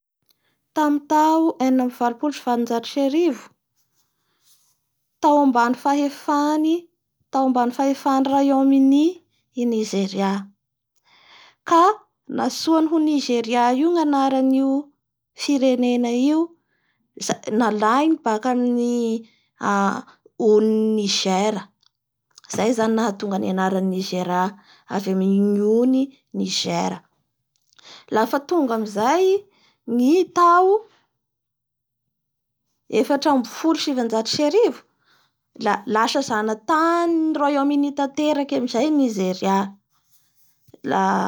Tamin'ny tao enina ambin'ny valopolo sy valonjato sy arivo tao ambany fahefany- tao ambany fahefan'ny Royaume Uni i Nizeria ka nantsoin ho Nizeria io ny anaran'io firenena io nalainy baka amin'ny onin'ny Nizere. Izay zany nahatonga ny anaran'ny Nizeria avy amin'igny ony Nigere. Lafa tonga amizay ngy tao efatra ambin'ny folo sy sivanjato sy arivo la lasa zanatanin'ny Royaume Uni tanteraky amizay i Nizeria. Tamin'ny mille neuf cent soixante amizay koa i Nizeria nahazo ny fahaleovatenany.